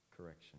correction